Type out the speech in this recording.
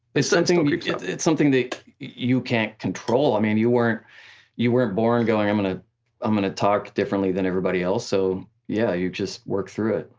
it's something yeah it's something that you can't control, i mean you weren't you weren't born going i'm and ah um gonna talk differently than everybody else, so yeah, you just work through it.